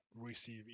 receive